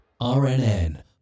RNN